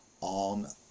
on